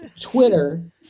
Twitter